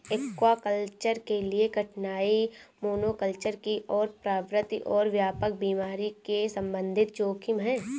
aquaculture के लिए कठिनाई मोनोकल्चर की ओर प्रवृत्ति और व्यापक बीमारी के संबंधित जोखिम है